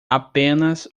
apenas